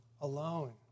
alone